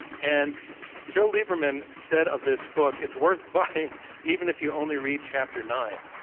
and joe lieberman said of this book, it's worth buying even if you only read chapter nine.